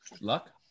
Luck